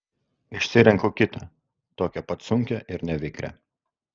išsirenku kitą tokią pat sunkią ir nevikrią